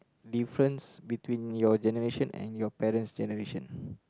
difference between your generation and your parent's generation